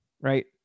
right